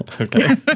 Okay